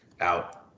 out